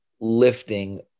lifting